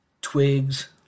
twigs